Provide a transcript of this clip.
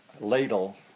ladle